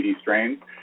strains